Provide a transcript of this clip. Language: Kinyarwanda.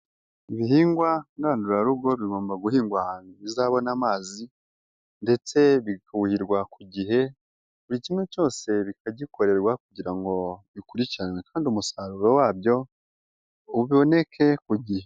Ibihingwa ngandurarugo bigomba guhingwa ahantu bizabona amazi ndetse bikuhirwa ku gihe, buri kimwe cyose bikagikorerwa kugira ngo bikurikiranwe kandi umusaruro wabyo uboneke ku gihe.